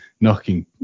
knocking